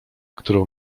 którą